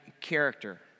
character